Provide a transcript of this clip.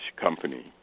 company